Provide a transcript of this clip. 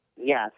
yes